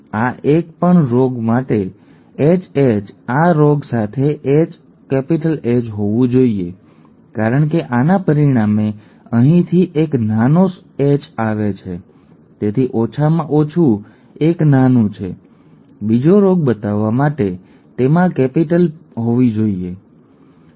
આ એક પણ કોઈ રોગ માટે hh આ રોગ સાથે hH હોવું જોઈએ કારણ કે આના પરિણામે અહીંથી એક નાનો h આવે છે તેથી ઓછામાં ઓછું એક નાનું છે બીજો રોગ બતાવવા માટે તેના માટે કેપિટલ હોવી જોઈએ તેથી તે Hh છે અને તે જ દલીલ દ્વારા આ Hh છે